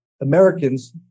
Americans